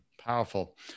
Powerful